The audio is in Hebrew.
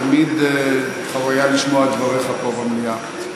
תמיד חוויה לשמוע את דבריך פה במליאה.